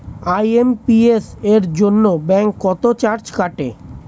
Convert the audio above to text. IMPS এর জন্য bank কত চার্জ কাটে?